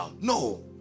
No